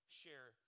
share